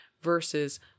versus